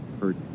hurt